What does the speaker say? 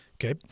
Okay